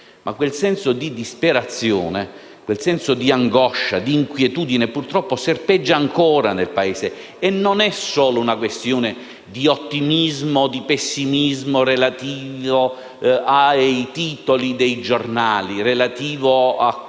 ma quel senso di disperazione, angoscia e inquietudine purtroppo serpeggia ancora nel Paese. Non si tratta solo di una questione di ottimismo o pessimismo relativo ai titoli dei giornali e a